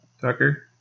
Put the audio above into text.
Tucker